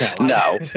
No